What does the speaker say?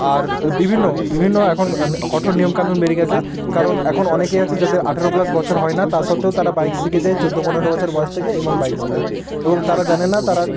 আর এ বিভিন্ন বিভিন্ন এখন কঠোর নিয়ন কানুন বেরিয়ে গিয়েছে কারণ এখন অনেকে আছে যাদের আঠেরো প্লাস বছর হয় না তা সত্ত্বেও তারা বাইক শিখে যায় চোদ্দো পনেরো বছর বয়স থেকে এবং বাইক চালায় এবং তারা জানে না তারা